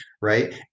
right